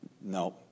No